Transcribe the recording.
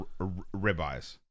ribeyes